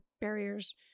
barriers